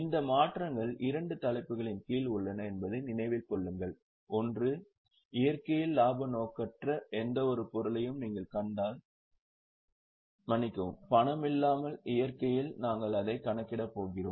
இந்த மாற்றங்கள் இரண்டு தலைப்புகளின் கீழ் உள்ளன என்பதை நினைவில் கொள்ளுங்கள் ஒன்று இயற்கையில் இலாப நோக்கற்ற எந்தவொரு பொருளையும் நீங்கள் கண்டால் மன்னிக்கவும் பணமில்லாமல் இயற்கையில் நாங்கள் அதைக் கணக்கிடப் போகிறோம்